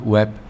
Web